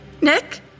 Nick